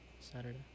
Saturday